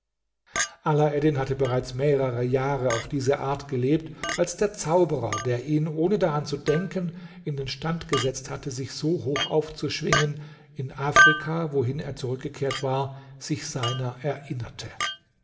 alaeddin hatte bereits mehrere jahre auf diese art gelebt als der zauberer der ihn ohne daran zu denken in den stand gesetzt hatte sich so hoch aufzuschwingen in afrika wohin er zurückgekehrt war sich seiner erinnerte